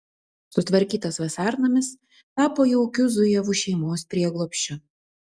sutvarkytas vasarnamis tapo jaukiu zujevų šeimos prieglobsčiu